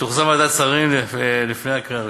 ותוחזר לוועדת השרים לפני קריאה ראשונה.